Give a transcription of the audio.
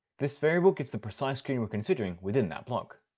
this variable gives the precise screen we're considering within that block.